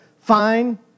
fine